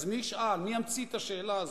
אז מי ישאל, מי ימציא את השאלה הזאת?